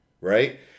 right